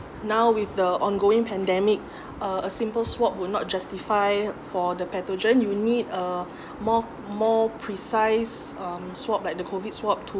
now with the ongoing pandemic uh a simple swab would not justify for the pathogen you need uh more more precise um swab like the COVID swab tool